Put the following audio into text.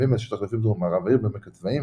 ענבים שטח חלופי בדרום-מערב העיר ב"עמק הצבאים"